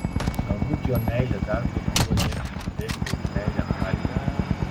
galbūt jo meilė darbui buvo netgi didesnė už meilę halei